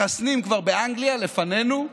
מחסנים כבר באנגליה, לפנינו.